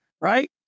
right